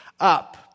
up